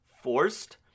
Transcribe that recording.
forced